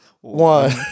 one